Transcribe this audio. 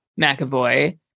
McAvoy